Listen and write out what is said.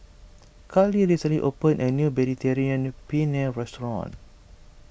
Carly recently opened a new Mediterranean Penne restaurant